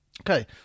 Okay